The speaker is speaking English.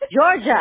Georgia